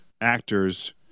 actors